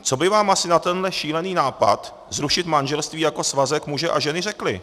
Co by vám asi na tenhle šílený nápad zrušit manželství jako svazek muže a ženy řekli?